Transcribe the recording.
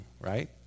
right